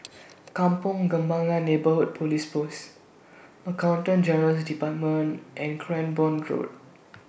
Kampong Kembangan Neighbourhood Police Post Accountant General's department and Cranborne Road